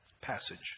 passage